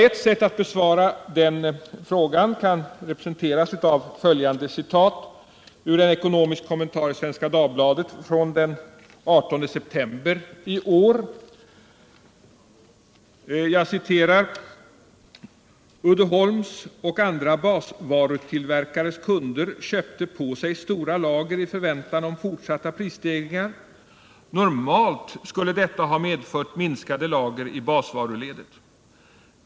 Ett sätt att besvara den frågan kan representeras av följande citat ur en ekonomisk kommentar i Svenska Dagbladet från den 18 september i år: ”Uddeholms och andra basvarutillverkares kunder köpte på sig stora lager i förväntan om fortsatta prisstegringar. Normalt skulle detta ha medfört minskade lager i basvaruledet.